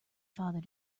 father